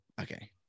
Okay